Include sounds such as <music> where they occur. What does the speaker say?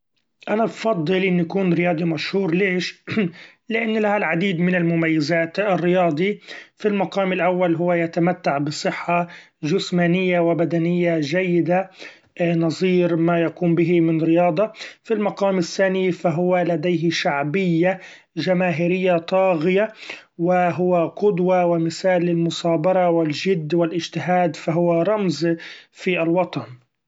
أنا بفضل اني كون رياضي مشهور ليش؛ <noise> لأن لها العديد من المميزات ، الرياضي في المقام الأول هو يتمتع بصحة جسمانية و بدنية جيدة نظير ما يقوم به من رياضة ، في المقام الثاني ف هو لديه شعبية جماهيرية طاغية و هو قدوة و مثال للمثابرة و الجد و الإجتهاد ف هو رمز في الوطن.